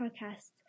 podcasts